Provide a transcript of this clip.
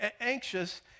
anxious